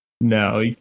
No